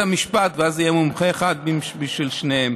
המשפט, ואז יהיה מומחה אחד בשביל שניהם.